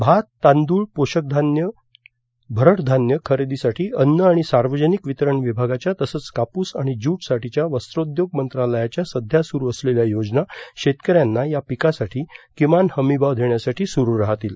भात तांदूळ आणि पोषक धान्यं भरड धान्यं खरेदीसाठी अन्न आणि सार्वजनिक वितरण विभागाच्या तसंच कापूस आणि ज्यूटसाठीच्या वस्त्रोद्योग मंत्रालयाच्या सध्या सुरु असलेल्या योजना शेतकऱ्यांना या पिकांसाठी किमान हमी भाव देण्यासाठी सुरु राहतील